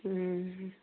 ହୁଁ